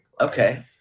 Okay